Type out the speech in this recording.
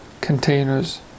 containers